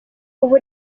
ubu